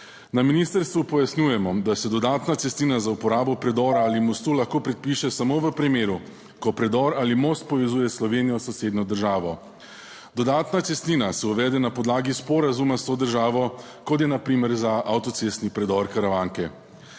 Na ministrstvu pojasnjujemo, da se dodatna cestnina za uporabo predora ali mostu lahko predpiše samo v primeru, ko predor ali most povezuje Slovenijo s sosednjo državo. Dodatna cestnina se uvede na podlagi sporazuma s to državo, kot je na primer za avtocestni predor Karavanke.